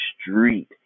street